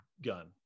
Gun